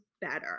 better